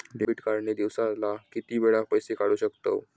Debit card ने दिवसाला किती वेळा पैसे काढू शकतव?